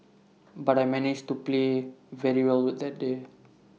but I managed to play very well that day